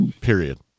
Period